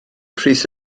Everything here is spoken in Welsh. pris